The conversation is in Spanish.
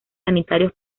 sanitarios